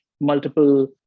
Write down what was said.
multiple